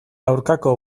aurkako